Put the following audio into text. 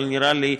אבל נראה לי,